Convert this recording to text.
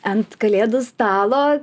ant kalėdų stalo